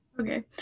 okay